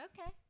Okay